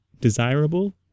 desirable